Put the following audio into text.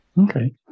Okay